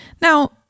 Now